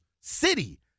city